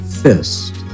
fist